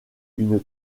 une